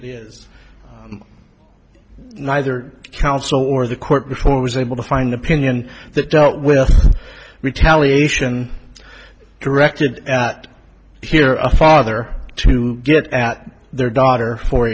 it is neither council or the court was able to find opinion that dealt with retaliation directed at here a father to get at their daughter for